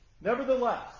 Nevertheless